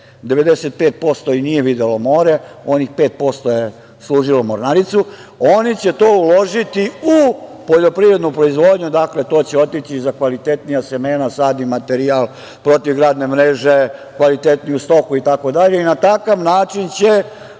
95% i nije videlo more, onih 5% je služilo mornaricu. Oni će to uložiti u poljoprivrednu proizvodnju. Dakle, to će otići za kvalitetnija semena, sadni materijal, protivgradne mreže, kvalitetniju stoku i tako dalje i na takav način će